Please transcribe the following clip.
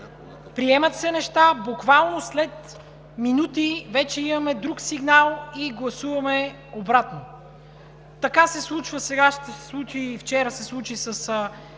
Приемат се неща, буквално след минути вече имаме друг сигнал и гласуваме обратно. Така се случва сега, и вчера се случи с